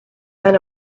men